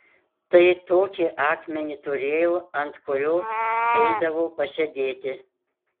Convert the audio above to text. tai tokį akmenį turėjau ant kurio eidavau pasėdėti